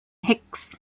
hicks